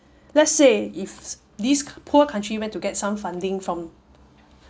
let's say if these poor country went to get some funding from